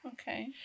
okay